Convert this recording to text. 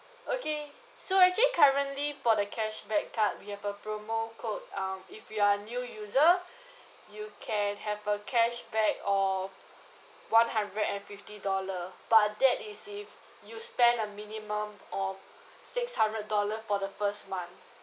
okay so actually currently for the cashback card we have a promo code um if you are new user you can have a cashback of one hundred and fifty dollar but that is if you spend a minimum of six hundred dollar for the first month